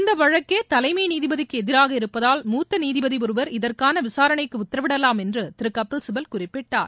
இந்த வழக்கே தலைமை நீதிபதிக்கு எதிராக இருப்பதால் மூத்த நீதிபதி ஒருவர் இதற்கான விசாரணைக்கு உத்தரவிடலாம் என்று திரு கபில் சிபல் குறிப்பிட்டார்